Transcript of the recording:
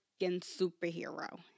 superhero